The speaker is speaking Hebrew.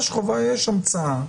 יש חובה, יש המצאה.